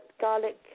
garlic